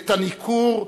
את הניכור,